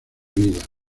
vida